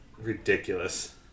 Ridiculous